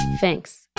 Thanks